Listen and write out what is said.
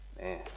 Man